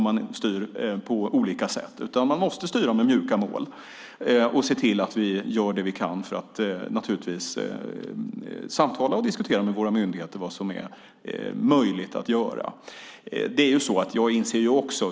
Man måste styra med mjuka mål och se till att vi gör det vi kan för att samtala och diskutera med våra myndigheter om vad som är möjligt att göra.